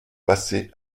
passez